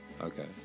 Okay